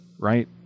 right